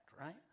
right